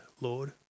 Lord